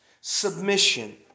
submission